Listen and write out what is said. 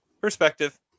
perspective